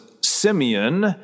Simeon